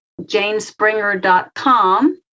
janespringer.com